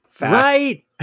Right